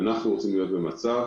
אנחנו רוצים להיות במצב